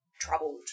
troubled